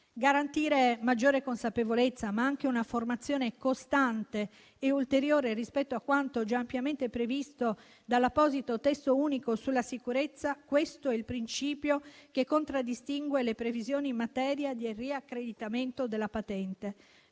Garantire maggiore consapevolezza, ma anche una formazione costante e ulteriore rispetto a quanto già ampiamente previsto dall'apposito Testo unico sulla sicurezza, è il principio che contraddistingue le previsioni in materia di riaccreditamento della patente.